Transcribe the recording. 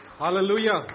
Hallelujah